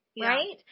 right